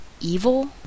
evil